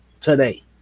today